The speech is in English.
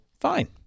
fine